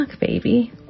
baby